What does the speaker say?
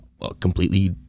completely